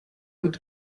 would